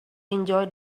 enjoy